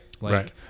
Right